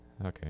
Okay